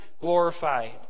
glorified